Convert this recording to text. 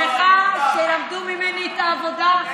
שמחה שלמדו ממני את העבודה,